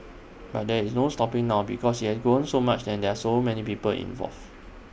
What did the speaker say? but there is no stopping now because IT has grown so much and there are so many people involved